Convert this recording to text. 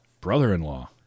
brother-in-law